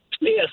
Yes